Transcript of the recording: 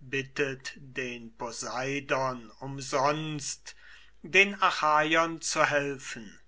bittet den poseidon umsonst den achaiern zu helfen